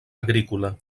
agrícola